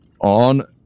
on